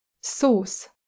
Sauce